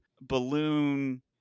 balloon